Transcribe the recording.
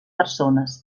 persones